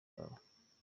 wawe